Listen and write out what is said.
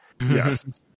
Yes